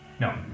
No